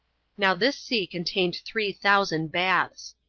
now this sea contained three thousand baths.